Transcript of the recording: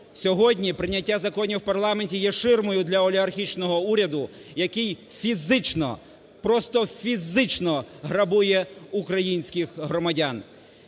Сьогодні прийняття законів в парламенті є ширмою для олігархічного уряду, який фізично, просто фізично грабує українських громадян.